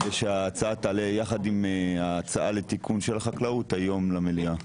כדי שההצעה תעלה יחד עם ההצעה לתיקון של החקלאות היום למליאה.